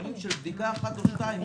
לפעמים של בדיקה אחת או שתיים,